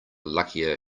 luckier